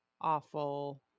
awful